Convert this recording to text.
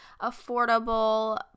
affordable